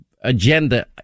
agenda